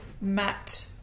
matte